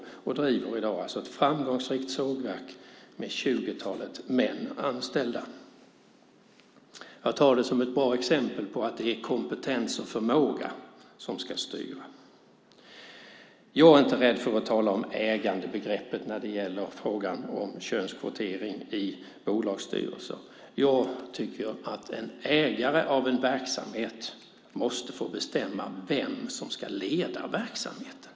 Hon driver alltså i dag ett framgångsrikt sågverk med tjugotalet män anställda. Jag tar detta som ett bra exempel på att det är kompetens och förmåga som ska styra. Jag är inte rädd för att tala om ägandebegreppet när det gäller frågan om könskvotering i bolagsstyrelser. Jag tycker att en ägare av en verksamhet måste få bestämma vem som ska leda verksamheten.